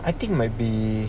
I think might be